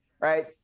right